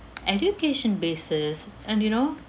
education basis and you know